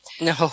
No